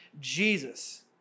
Jesus